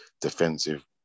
defensive